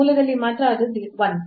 ಮೂಲದಲ್ಲಿ ಮಾತ್ರ ಅದು 1